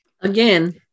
again